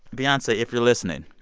beyonce, if you're listening,